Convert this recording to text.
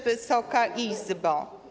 Wysoka Izbo!